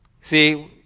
See